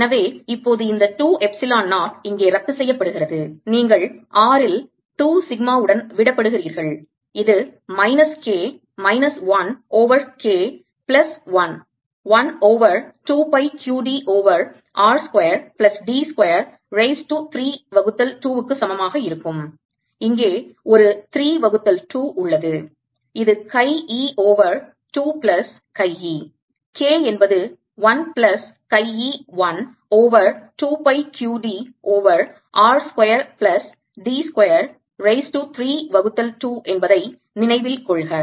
எனவே இப்போது இந்த 2 எப்சிலோன் 0 இங்கே ரத்து செய்யப்படுகிறது நீங்கள் r இல் 2 சிக்மா உடன் விடப்படுகிறீர்கள் இது minus K minus 1 over K plus 1 1 over 2 pi q d over r square plus d square raise to 3 வகுத்தல் 2 க்கு சமமாக இருக்கும் இங்கே ஒரு 3 வகுத்தல் 2 உள்ளது இது chi e over 2 plus chi e K என்பது 1 plus chi e 1 over 2 pi q d over r square plus d square raise to 3 வகுத்தல் 2 என்பதை நினைவில் கொள்க